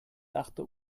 dachte